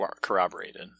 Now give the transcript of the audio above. corroborated